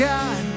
God